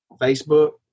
Facebook